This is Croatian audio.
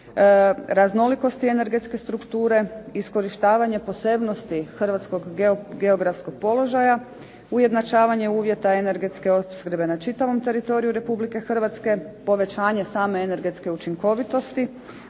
raznolikosti energetske strukture, iskorištavanje posebnosti Hrvatskog geografskog položaja, ujednačavanje uvjeta energetske opskrbe na čitavom teritoriju Republike Hrvatske, povećanje same energetske učinkovitosti,